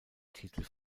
titel